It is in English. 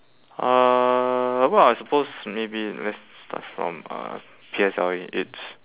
uh what are supposed maybe let's start from uh P_S_L_E it's